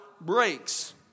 breaks